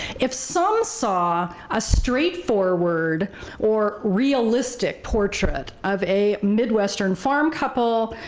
if some saw a straightforward or realistic portrait of a midwestern farm couple,